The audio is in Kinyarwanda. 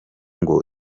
ngo